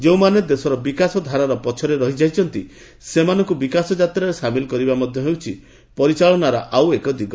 ଯେଉଁମାନେ ଦେଶର ବିକାଶଧାରାର ପଛରେ ରହିଯାଇଛନ୍ତି ସେମାନଙ୍କୁ ବିକାଶ ଯାତ୍ରାରେ ସାମିଲ୍ କରିବା ମଧ୍ୟ ହେଉଛି ପରିଚାଳନାର ଆଉ ଏକ ଦିଗ